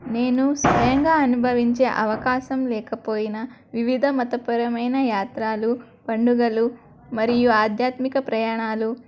నేను స్వయంగా అనుభవించే అవకాశం లేకపోయినా వివిధ మతపరమైన యాత్రలు పండుగలు మరియు ఆధ్యాత్మిక ప్రయాణాలు